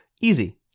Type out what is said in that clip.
easy